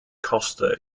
costa